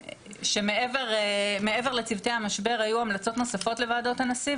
שמעבר לצוותי המשבר היו המלצות נוספות לוועדות הנשיא,